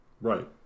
Right